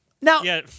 Now